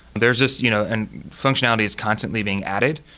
there's this you know and functionality is constantly being added.